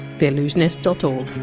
theallusionist dot o